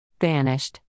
Vanished